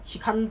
she can't